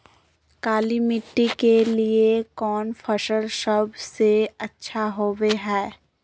काली मिट्टी के लिए कौन फसल सब से अच्छा होबो हाय?